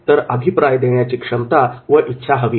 तर अभिप्राय देण्याची क्षमता व इच्छा हवी